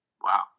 Wow